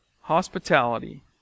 hospitality